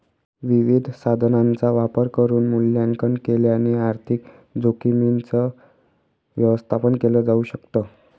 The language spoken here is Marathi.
विविध साधनांचा वापर करून मूल्यांकन केल्याने आर्थिक जोखीमींच व्यवस्थापन केल जाऊ शकत